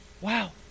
Wow